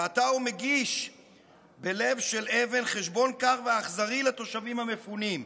ועתה הוא מגיש בלב של אבן חשבון קר ואכזרי לתושבים המפונים.